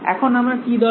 এখন আমার কি দরকার